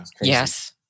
Yes